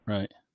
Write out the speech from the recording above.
Right